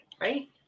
right